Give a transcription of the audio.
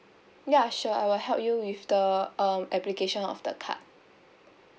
ya sure I will help you with the um application of the card